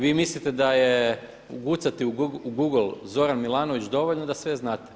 Vi mislite da je ukucati u google Zoran Milanović dovoljno da sve znate.